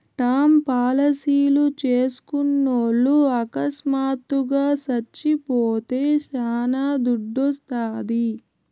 term పాలసీలు చేస్కున్నోల్లు అకస్మాత్తుగా సచ్చిపోతే శానా దుడ్డోస్తాది